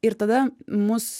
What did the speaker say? ir tada mus